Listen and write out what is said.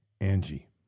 Angie